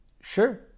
sure